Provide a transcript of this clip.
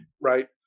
right